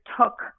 took